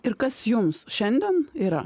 ir kas jums šiandien yra